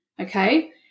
okay